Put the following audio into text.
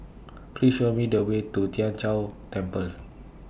Please Show Me The Way to Tien Chor Temple